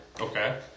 Okay